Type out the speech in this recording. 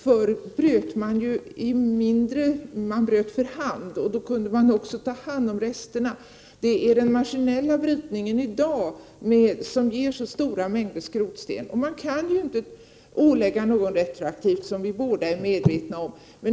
Förr bröt man ju för hand, och då kunde man också ta hand om resterna. Det är den maskinella brytningen i dag som ger så stora mängder skrotsten. Man kan ju inte ålägga någon återställningsåtgärder retroaktivt, vilket vi både är medvetna om.